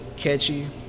catchy